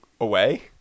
away